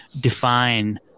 define